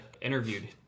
interviewed